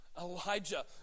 Elijah